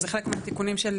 זה חלק מהתיקונים של